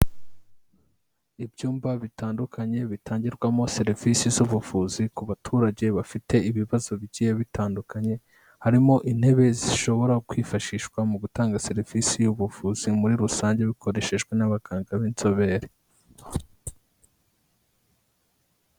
Ibyumba bitandukanye bitangirwamo serivisi z'ubuvuzi ku baturage bafite ibibazo bigiye bitandukanye, harimo intebe zishobora kwifashishwa mu gutanga serivisi y'ubuvuzi muri rusange bikoreshejwe n'abaganga b'inzobere.